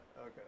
Okay